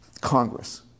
Congress